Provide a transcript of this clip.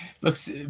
Looks